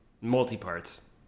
Multi-parts